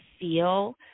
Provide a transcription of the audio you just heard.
feel